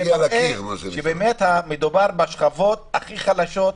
זה מראה שבאמת מדובר בשכבות הכי חלשות,